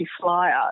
flyer